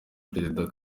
perezida